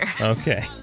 Okay